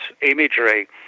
imagery